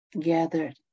gathered